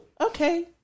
okay